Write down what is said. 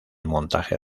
montaje